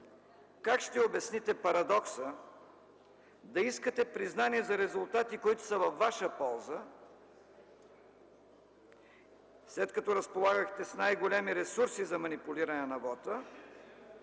как ще обясните парадокса да искате признание за резултати, които са във ваша полза, след като разполагахте с най-големи ресурси за манипулиране на вота,